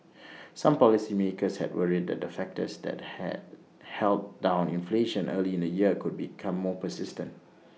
some policymakers had worried that the factors that had held down inflation early in the year could become more persistent